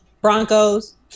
Broncos